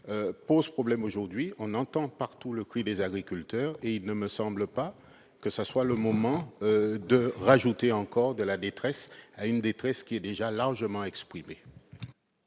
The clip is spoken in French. problème. On entend partout les cris des agriculteurs, et il ne me semble pas que ce soit le moment d'ajouter encore de la détresse à une détresse déjà largement exprimée.